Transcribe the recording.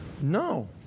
no